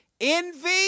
Envy